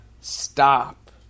stop